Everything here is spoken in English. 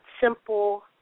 simple